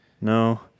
No